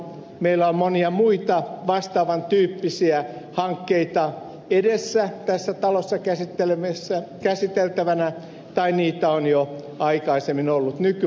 meillä on monia muita vastaavan tyyppisiä hankkeita edessä tässä talossa käsiteltävänä ja niitä on jo aikaisemminkin tullut nykyhallitukselta